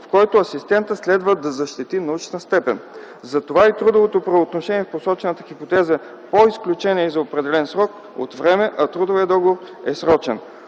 в който асистентът следва да защити научна степен. Затова и трудовото правоотношение в посочената хипотеза по изключение е за определен срок от време, а трудовият договор е срочен.